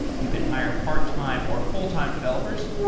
you can hire part-time or full-time developers.